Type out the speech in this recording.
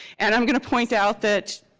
and i'm going to point out that.